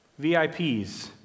VIPs